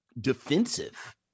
defensive